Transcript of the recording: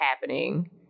happening